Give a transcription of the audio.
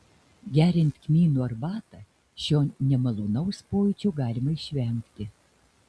geriant kmynų arbatą šio nemalonaus pojūčio galima išvengti